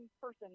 person